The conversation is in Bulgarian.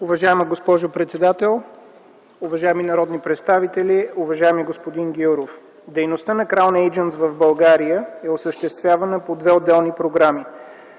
Уважаема госпожо председател, уважаеми народни представители, уважаеми господин Гяуров! Дейността на „Краун Eйджънтс” в България е осъществявана по две отделни програми.